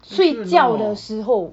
睡觉的时候